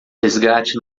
resgate